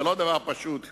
זה לא דבר פשוט.